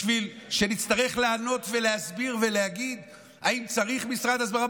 בשביל שנצטרך לענות ולהסביר ולהגיד אם צריך משרד הסברה?